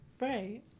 right